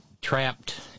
trapped